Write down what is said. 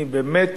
אני באמת